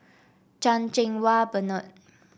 Chan Cheng Wah Bernard